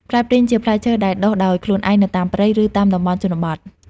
ផ្លែព្រីងជាផ្លែឈើដែលដុះដោយខ្លួនឯងនៅតាមព្រៃ ឬតាមតំបន់ជនបទ។